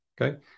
Okay